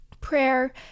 Prayer